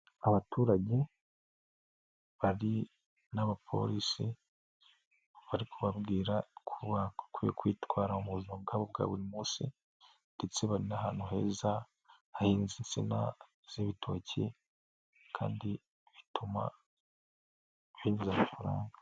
Abaturage bari n'abapolisi bari kubabwira uko bakwiye kwitwara mu buzima bwabo bwa buri munsi ndetse bari n'ahantu heza hahinze insina z'ibitoki kandi bituma binjiza amafaranga.